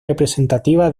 representativa